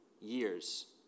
years